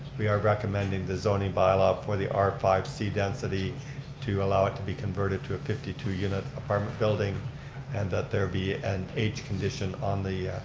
we are recommending the zoning bylaw for the r five c density to allow it to be converted to a fifty two unit apartment building and that there be an age condition on the